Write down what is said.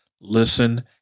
listen